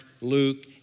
Luke